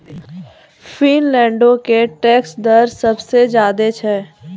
फिनलैंडो के टैक्स दर सभ से ज्यादे छै